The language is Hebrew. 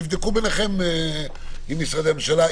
תבדקו ביניכם משרדי הממשלה,